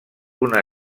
una